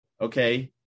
okay